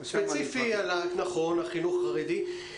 דיון ספציפי על החינוך החרדי.